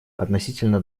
относительно